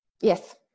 Yes